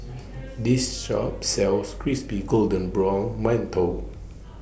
This Shop sells Crispy Golden Brown mantou